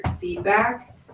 feedback